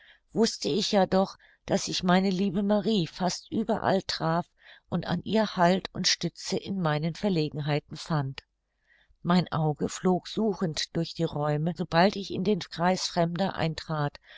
wußte ich ja doch daß ich meine liebe marie fast überall traf und an ihr halt und stütze in meinen verlegenheiten fand mein auge flog suchend durch die räume sobald ich in den kreis fremder eintrat